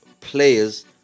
players